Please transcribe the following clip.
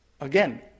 Again